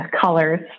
colors